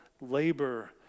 labor